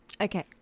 Okay